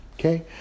okay